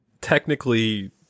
technically